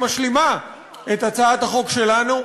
שמשלימה את הצעת החוק שלנו: